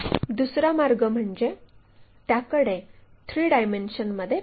दुसरा मार्ग म्हणजे त्याकडे 3 डायमेन्शनमध्ये पाहावे